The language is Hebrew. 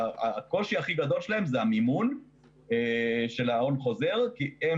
הקושי הכי גדול שלהם זה המימון של ההון החוזר כי הם